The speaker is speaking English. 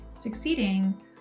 succeeding